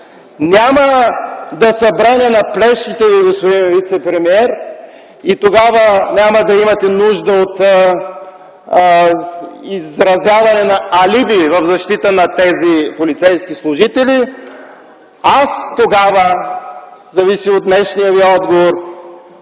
няма да са бреме на плещите Ви, господин вицепремиер, и тогава няма да имате нужда от изразяване на алиби в защита на тези полицейски служители, тогава аз, зависи от днешния Ви отговор,